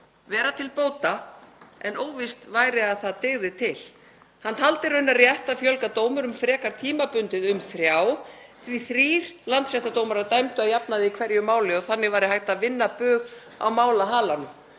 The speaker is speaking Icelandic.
vera til bóta en óvíst sé að það dugi til. Hann teldi raunar rétt að fjölga dómurum frekar tímabundið um þrjá því að þrír landsréttardómarar dæmdu að jafnaði í hverju máli og þannig væri hægt að vinna bug á málahalanum.